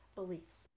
beliefs